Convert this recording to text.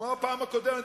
כמו הפעם הקודמת,